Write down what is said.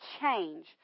change